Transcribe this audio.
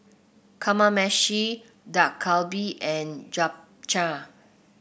Kamameshi Dak Galbi and Japchae